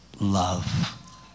love